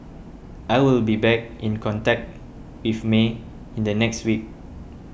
I will be back in contact with May in the next week